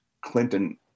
Clinton